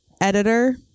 editor